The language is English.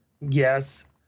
Yes